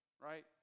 right